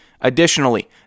Additionally